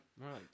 Right